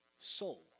soul